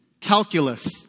Calculus